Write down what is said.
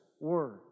word